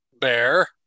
Bear